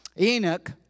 Enoch